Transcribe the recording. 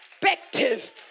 perspective